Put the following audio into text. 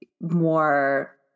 more